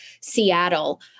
Seattle